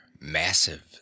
massive